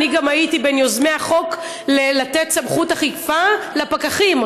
אני גם הייתי בין יוזמי החוק לתת סמכות אכיפה לפקחים.